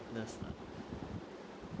this